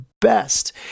best